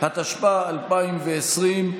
התשפ"א 2020,